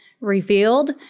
revealed